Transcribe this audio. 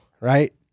right